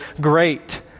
great